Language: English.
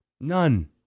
None